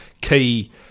key